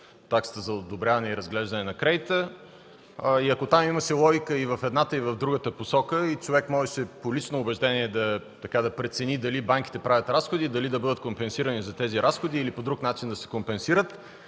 за одобряване и разглеждане на кредита. Ако там имаше логика в едната и в другата посока и човек можеше по убеждение да прецени дали банките правят разходи, дали да бъдат компенсирани за тези разходи или по друг начин да се компенсират,